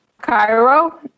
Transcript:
Cairo